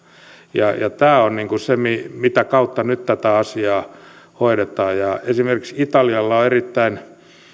ja tämä on se mitä kautta nyt tätä asiaa hoidetaan esimerkiksi italialla on erittäin